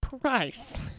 Price